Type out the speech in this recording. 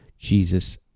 jesus